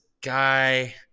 guy